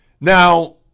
Now